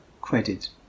credit